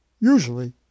usually